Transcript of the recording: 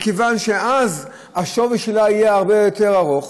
מכיוון שאז השווי שלה יהיה הרבה יותר גדול.